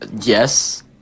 Yes